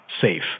safe